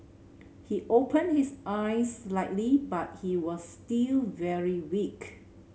he opened his eyes slightly but he was still very weak